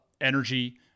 energy